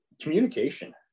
Communication